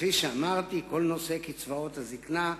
כפי שאמרתי, כל נושא קצבאות הזיקנה,